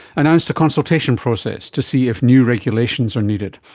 announced a consultation process to see if new regulations are needed.